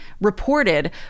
reported